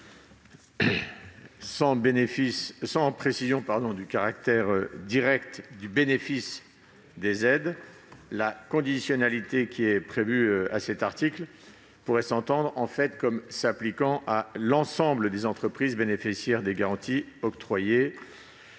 Sans précision du caractère direct du bénéfice des aides, la conditionnalité prévue au présent article pourrait s'entendre comme s'appliquant à l'ensemble des entreprises bénéficiaires des garanties octroyées